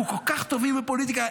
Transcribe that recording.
אנחנו כל כך טובים בפוליטיקה.